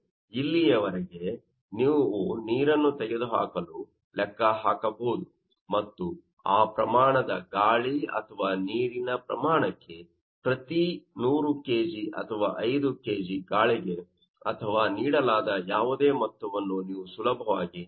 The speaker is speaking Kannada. ಇಲ್ಲಿಯವರೆಗೆ ನೀವು ನೀರನ್ನು ತೆಗೆದುಹಾಕಲು ಲೆಕ್ಕ ಹಾಕಬೇಕು ಮತ್ತು ಆ ಪ್ರಮಾಣದ ಗಾಳಿ ಅಥವಾ ನೀರಿನ ಪ್ರಮಾಣಕ್ಕೆ ಪ್ರತಿ 100 ಕೆಜಿ ಅಥವಾ 5 ಕೆಜಿ ಗಾಳಿಗೆ ಅಥವಾ ನೀಡಲಾದ ಯಾವುದೇ ಮೊತ್ತವನ್ನು ನೀವು ಸುಲಭವಾಗಿ ಲೆಕ್ಕಾಚಾರ ಮಾಡಬಹುದು